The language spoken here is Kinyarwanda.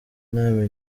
nama